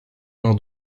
nom